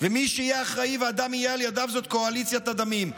ומי שיהיה אחראי והדם יהיה על ידיו זה קואליציית הדמים,